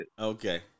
Okay